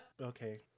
Okay